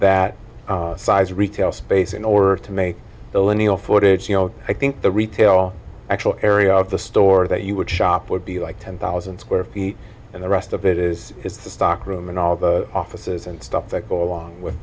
that size retail space in order to make the lineal footage you know i think the retail actual area of the store that you would shop would be like ten thousand square feet and the rest of it is is the stock room and all the offices and stuff that go along with